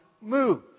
move